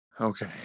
Okay